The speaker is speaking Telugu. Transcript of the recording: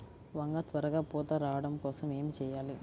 వంగ త్వరగా పూత రావడం కోసం ఏమి చెయ్యాలి?